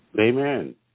Amen